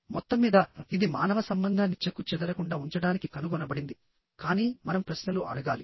మొత్తంమీద ఇది మానవ సంబంధాన్ని చెక్కుచెదరకుండా ఉంచడానికి కనుగొనబడింది కానీ మనం ప్రశ్నలు అడగాలి